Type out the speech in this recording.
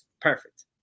perfect